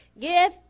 Give